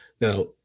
Now